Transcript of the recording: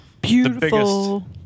Beautiful